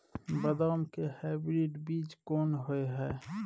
बदाम के हाइब्रिड बीज कोन होय है?